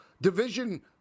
division